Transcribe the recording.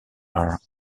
are